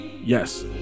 yes